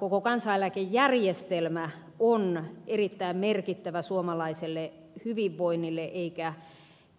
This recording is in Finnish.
koko kansaneläkejärjestelmä on erittäin merkittävä suomalaiselle hyvinvoinnille eikä